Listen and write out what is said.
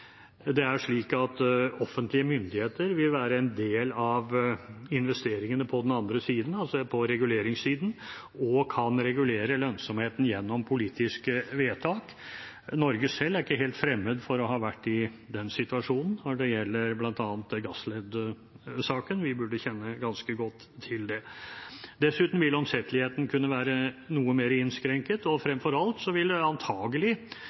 offentlige myndigheter vil være en del av investeringene på den andre siden, altså på reguleringssiden, og kan regulere lønnsomheten gjennom politiske vedtak. Norge selv er ikke helt fremmed for å ha vært i den situasjonen når det gjelder bl.a. Gassled-saken. Vi burde kjenne ganske godt til det. Dessuten vil omsetteligheten kunne være noe mer innskrenket, og fremfor alt vil det antagelig være